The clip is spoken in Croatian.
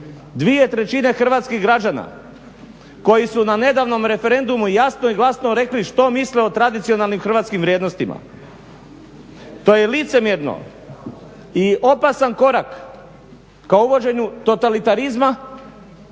volje 2/3 hrvatskih građana koji su na nedavnom referendumu jasno i glasno rekli što misle o tradicionalnim hrvatskim vrijednostima. To je licemjerno i opasan korak ka uvođenju totalitarizma